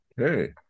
Okay